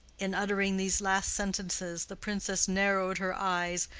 in uttering these last sentences the princess narrowed her eyes,